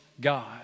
God